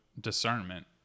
discernment